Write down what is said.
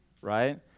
right